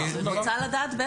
היא בהחלט רוצה לדעת.